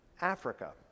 Africa